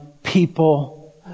People